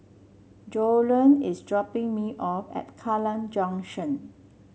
Joellen is dropping me off at Kallang Junction